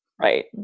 Right